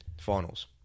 finals